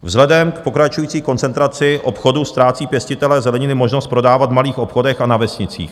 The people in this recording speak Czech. Vzhledem k pokračující koncentraci obchodu ztrácí pěstitelé zeleniny možnost prodávat v malých obchodech a na vesnicích.